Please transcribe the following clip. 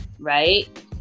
right